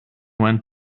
went